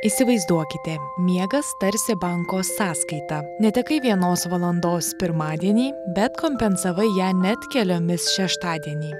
įsivaizduokite miegas tarsi banko sąskaita netekai vienos valandos pirmadienį bet kompensavai ją net keliomis šeštadienį